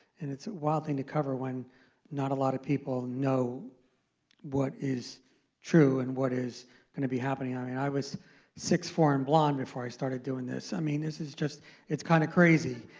and it's a wild thing to cover when not a lot of people know what is true and what is going to be happening. i mean i was six four and blonde before i started doing this. i mean this is just it's kind of crazy.